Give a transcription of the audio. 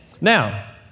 Now